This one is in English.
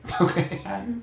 Okay